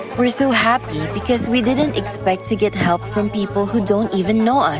we are so happy because we didn't expect to get help from people who don't even know us.